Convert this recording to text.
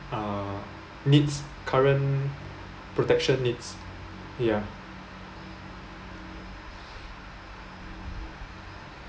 uh needs current protection needs ya